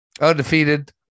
Undefeated